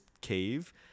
cave